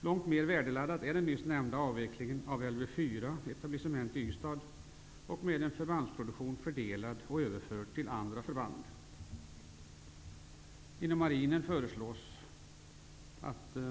Långt mera värdeladdad är den nyss nämnda avvecklingen av Lv 4:s etablissement i Ystad, med en förbandsproduktion fördelad på och överförd till andra förband.